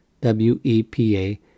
W-E-P-A